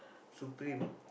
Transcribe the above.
Supreme